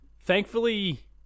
thankfully